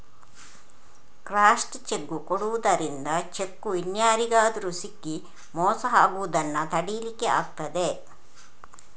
crossed cheque ಕೊಡುದರಿಂದ cheque ಇನ್ಯಾರಿಗಾದ್ರೂ ಸಿಕ್ಕಿ ಮೋಸ ಆಗುದನ್ನ ತಡೀಲಿಕ್ಕೆ ಆಗ್ತದೆ